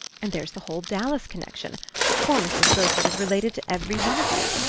and there's the whole dallas connection poor mrs. beaufort is related to every one of you.